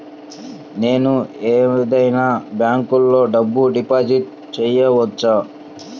నేను ఏదైనా బ్యాంక్లో డబ్బు డిపాజిట్ చేయవచ్చా?